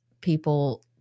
people